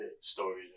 Stories